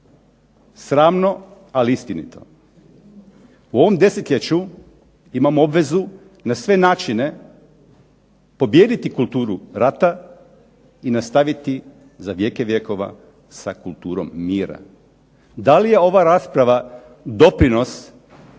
Sramno, ali istinito. U ovom desetljeću imamo obvezu na sve načine pobijediti kulturu rata i nastavit za vijeke vjekova sa kulturom mira. Da li je ova rasprava doprinos toj